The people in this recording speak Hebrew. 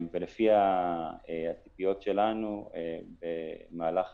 לפי הציפיות שלנו במהלך